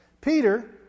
Peter